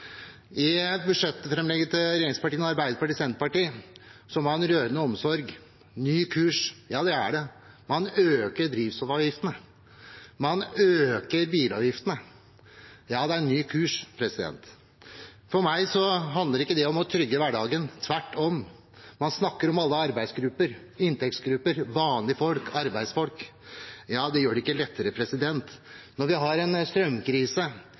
og Senterpartiet, ser man en rørende omsorg. En ny kurs – ja, det er det. Man øker drivstoffavgiftene. Man øker bilavgiftene. Det er en ny kurs. For meg handler ikke det om å trygge hverdagen – tvert om. Man snakker om alle arbeidsgrupper, inntektsgrupper, vanlige folk, arbeidsfolk. Det gjør det ikke lettere når vi har en strømkrise.